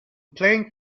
playing